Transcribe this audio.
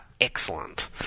excellent